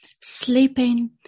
sleeping